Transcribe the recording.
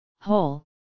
whole